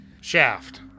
Shaft